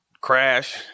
crash